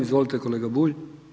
Izvolite kolega Bulj.